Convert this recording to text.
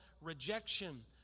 rejection